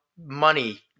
money